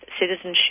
citizenship